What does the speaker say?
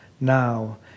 now